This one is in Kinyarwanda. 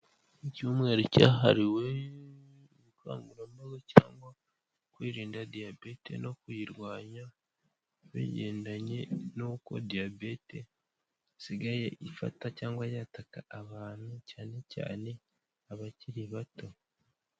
Icyumweru cyahariwe ubukangurambaga cyangwa kwirinda diyabete no kuyirwanya bigendanye n'uko diyabete isigaye ifata cyangwa yataka abantu cyane cyane abakiri bato.